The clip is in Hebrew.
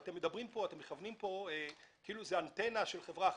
אתם מדברים פה כאילו זו אנטנה של חברה אחת.